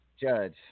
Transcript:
Judge